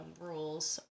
rules